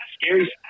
scary